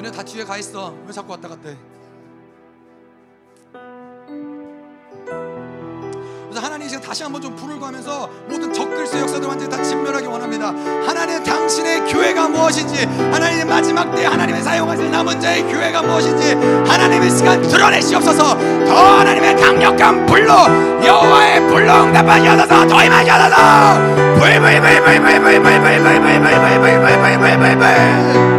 다 뒤에 가 있어. 왜 자꾸 왔다 갔다 해? 그래서 하나님 지금 다시 한번 좀 불을 구하면서 모든 적그리스의 역사들 완전히 다 진멸하기 원합니다. 하나님, 당신의 교회가 무엇인지, 하나님의 마지막 때에 하나님의 사용하실 남은 자의 교회가 무엇인지, 하나님의 시간 드러내시옵소서. 더 하나님의 강력한 불로, 여호와의 불로 응답하게 하소서. 더 임하게 하소서. 불, 불, 불, 불, 불, 불, 불, 불, 불, 불, 불, 불, 불, 불.